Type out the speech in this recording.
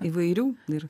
įvairių ir